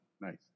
Nice